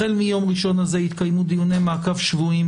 החל מיום ראשון יתקיימו דיוני מעקב שבועיים